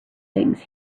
things